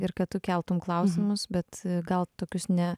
ir kad tu keltum klausimus bet gal tokius ne